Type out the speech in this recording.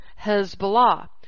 Hezbollah